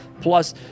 Plus